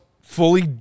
fully